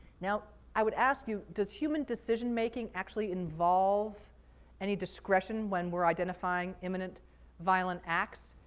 now, i would ask you does human decision making actually involve any discretion when we're identifying imminent violent acts?